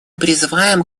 призываем